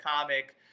comic